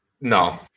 no